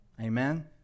Amen